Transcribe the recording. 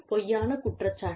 பொய்யான குற்றச்சாட்டு